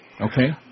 Okay